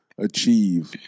achieve